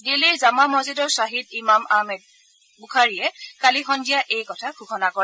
দিল্লীৰ জামা মছজিদৰ শ্বাহি ইমাম আহমেদ বুখাৰীয়ে কালি সদ্ধিয়া এই কথা ঘোষণা কৰে